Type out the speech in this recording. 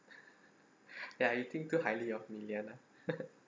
ya you think too highly of milianna